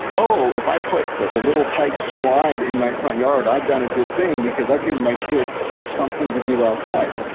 oh, if i put the little tyke's slide in my front yard, i've done a good thing, because i've given my kid something to do outside.